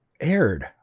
aired